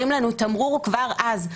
הוא הרים לנו תמרור כבר אז.